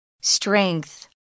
Strength